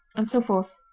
and so forth.